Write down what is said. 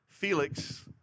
Felix